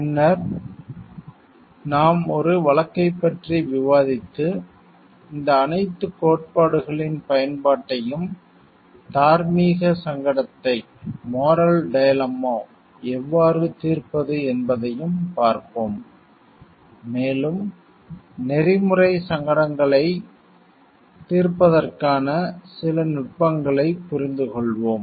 பின்னர் நாம் ஒரு வழக்கைப் பற்றி விவாதித்து இந்த அனைத்து கோட்பாடுகளின் பயன்பாட்டையும் தார்மீக சங்கடத்தை மோரல் டைலாமா எவ்வாறு தீர்ப்பது என்பதையும் பார்ப்போம் மேலும் நெறிமுறை சங்கடங்களைத் எதிக்கல் டைலாமா தீர்ப்பதற்கான சில நுட்பங்களைப் புரிந்துகொள்வோம்